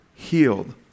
healed